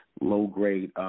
Low-grade